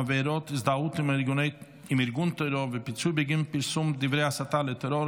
עבירת הזדהות עם ארגון טרור ופיצוי בגין פרסום דברי הסתה לטרור),